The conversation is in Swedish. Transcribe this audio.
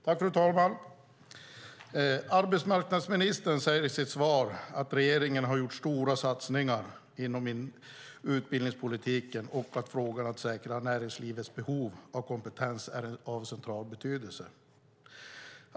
Fru talman! Arbetsmarknadsministern säger i sitt svar att regeringen har gjort stora satsningar inom utbildningspolitiken och att frågan om att säkra näringslivets behov av kompetens är av central betydelse.